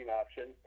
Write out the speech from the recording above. option